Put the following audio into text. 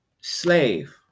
slave